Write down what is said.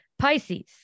Pisces